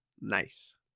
Nice